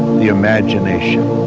the imagination,